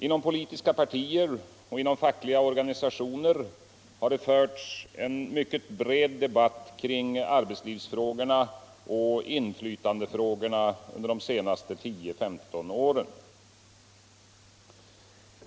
Inom politiska partier och fackliga organisationer har det förts en mycket bred debatt kring arbetslivsfrågorna och inflytandefrågorna under de senaste 10-15 åren.